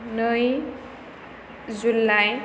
नै जुलाइ